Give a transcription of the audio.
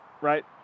right